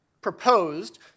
proposed